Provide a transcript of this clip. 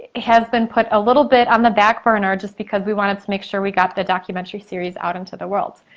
has been put a little bit on um the back burner just because we wanted to make sure we got the documentary series out into the world.